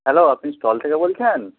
hello আপনি stall থেকে বলছেন